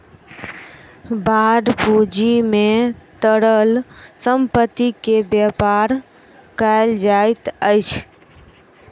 bond पूंजी में तरल संपत्ति के व्यापार कयल जाइत अछि